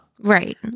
Right